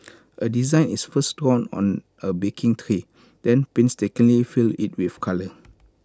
A design is first drawn on A baking tray then painstakingly filled in with colour